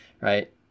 right